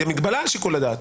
זו מגבלה על שיקול הדעת.